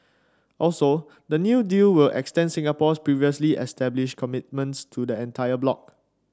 also the new deal will extend Singapore's previously established commitments to the entire bloc